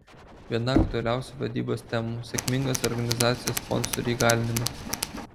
viena aktualiausių vadybos temų sėkmingas organizacijos sponsorių įgalinimas